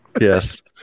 Yes